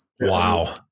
Wow